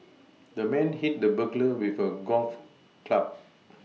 the man hit the burglar with a golf club